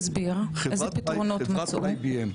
תספר לי את הידיעה על מנת שאני אבין אותה.